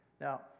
Now